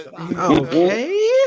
Okay